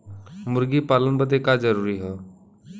मुर्गी पालन बदे का का जरूरी ह?